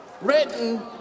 written